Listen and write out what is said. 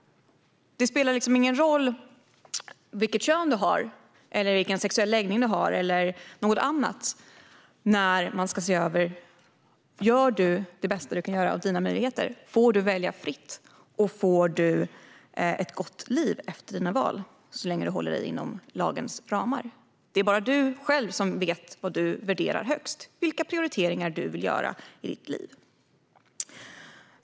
Kön, sexuell läggning eller annat spelar ingen roll när man ska se över om du gör det bästa du kan göra av dina möjligheter. Får du välja fritt, och får du ett gott liv efter dina val - så länge du håller dig inom lagens ramar? Det är bara du själv som vet vad du värderar högst och vilka prioriteringar du vill göra i ditt liv.